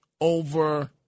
over